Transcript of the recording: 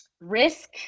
risk